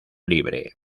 libre